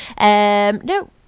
No